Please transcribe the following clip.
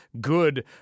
good